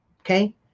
okay